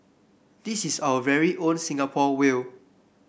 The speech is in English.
this is our very own Singapore whale